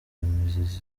mbogamizi